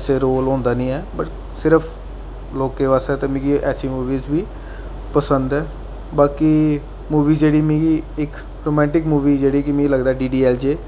ऐसे रोल होंदा निं ऐ बट सिर्फ लोकें आस्तै ते मिगी ऐसी मूवियां बी पंसद न बाकी मूवी जेह्ड़ी मिगी इक रोमैंटिक मूवी जेह्ड़ी कि मिगी लगदा जेह्ड़ी ऐ जे